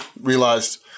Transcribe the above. realized